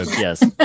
Yes